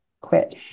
quit